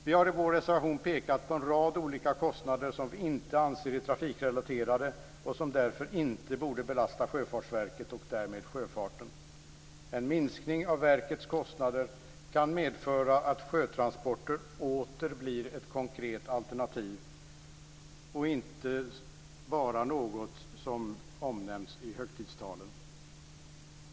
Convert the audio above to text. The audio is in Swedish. Vi har i vår reservation pekat på en rad olika kostnader som vi inte anser är trafikrelaterade, och som därför inte borde belasta Sjöfartsverket och därmed sjöfarten. En minskning av verkets kostnader kan medföra att sjötransporter åter blir ett konkret alternativ, och inte bara något som omnämns i högtidstalen.